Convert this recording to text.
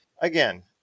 again